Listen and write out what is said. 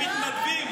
הם מתנדבים.